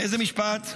איזה משפט?